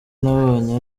nabonye